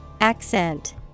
Accent